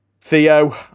Theo